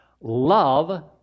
Love